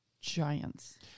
Giants